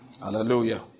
Hallelujah